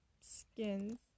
skins